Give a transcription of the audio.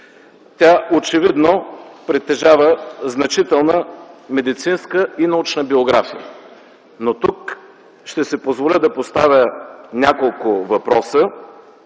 Тя очевидно притежава значителна медицинска и научна биография. Тук ще си позволя да поставя няколко въпроса,